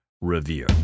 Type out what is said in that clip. review